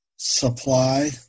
supply